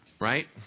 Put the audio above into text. right